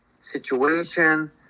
situation